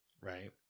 right